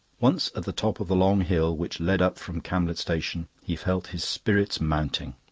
once at the top of the long hill which led up from camlet station, he felt his spirits mounting.